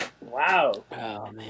wow